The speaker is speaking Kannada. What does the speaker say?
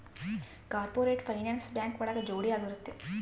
ಕಾರ್ಪೊರೇಟ್ ಫೈನಾನ್ಸ್ ಬ್ಯಾಂಕ್ ಒಳಗ ಜೋಡಿ ಆಗಿರುತ್ತೆ